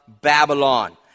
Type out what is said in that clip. Babylon